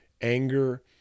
anger